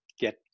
get